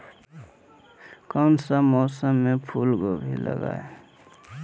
कौन सा मौसम में फूलगोभी लगाए?